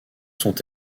sont